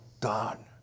done